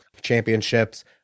championships